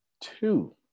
two